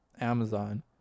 Amazon